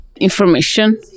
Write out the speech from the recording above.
Information